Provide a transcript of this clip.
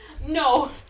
No